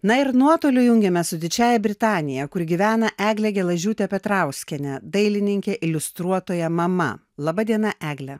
na ir nuotoliu jungiamės su didžiąja britanija kur gyvena eglė gelažiūtė petrauskienė dailininkė iliustruotoja mama laba diena egle